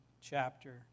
chapter